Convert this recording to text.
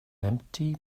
empty